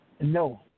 No